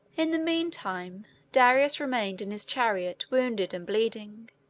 in the mean time darius remained in his chariot wounded and bleeding.